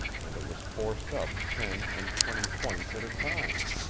and it was forced up ten and twenty points at a time,